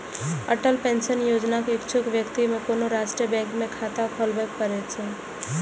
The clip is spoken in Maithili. अटल पेंशन योजनाक इच्छुक व्यक्ति कें कोनो राष्ट्रीय बैंक मे खाता खोलबय पड़ै छै